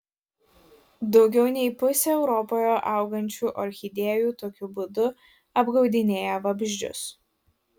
daugiau nei pusė europoje augančių orchidėjų tokiu būdu apgaudinėja vabzdžius